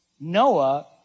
Noah